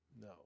No